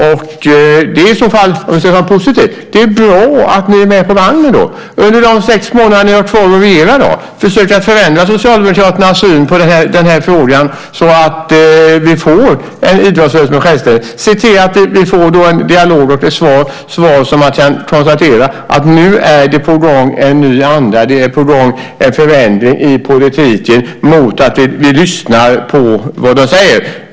Om man ska vara positiv är det bra att ni är med på vagnen. Försök under de sex månader ni har kvar att regera att förändra Socialdemokraternas syn på den här frågan så att vi får en idrottsrörelse som är självständig. Se till att vi får en dialog och ett svar så att man kan konstatera att nu är en ny anda på gång, det är en förändring på gång i politiken mot att vi lyssnar på vad de säger.